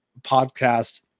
podcast